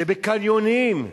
שבקניונים,